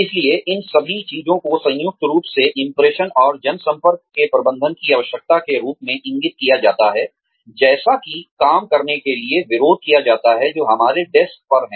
इसलिए इन सभी चीजों को संयुक्त रूप से इंप्रेशन और जनसंपर्क के प्रबंधन की आवश्यकता के रूप में इंगित किया जाता है जैसा कि काम करने के लिए विरोध किया जाता है जो हमारे डेस्क पर है